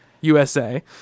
USA